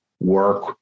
work